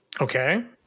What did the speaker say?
Okay